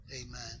Amen